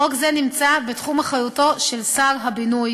חוק זה נמצא בתחום אחריותו של שר הבינוי